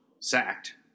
sacked